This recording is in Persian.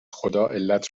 خداعلت